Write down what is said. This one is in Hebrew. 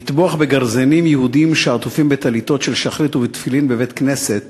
לטבוח בגרזנים יהודים שעטופים בטליתות של שחרית ובתפילין בבית-כנסת